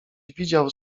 widział